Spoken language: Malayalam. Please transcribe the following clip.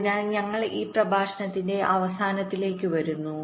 അതിനാൽ ഞങ്ങൾ ഈ പ്രഭാഷണത്തിന്റെ അവസാനത്തിലേക്ക് വരുന്നു